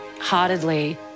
heartedly